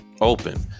Open